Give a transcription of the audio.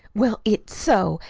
well, it's so.